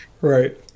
Right